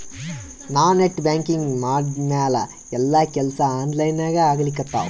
ನಾ net banking ಮಾಡಿದ್ಮ್ಯಾಲ ಎಲ್ಲಾ ಕೆಲ್ಸಾ ಆನ್ಲೈನಾಗೇ ಆಗ್ಲಿಕತ್ತಾವ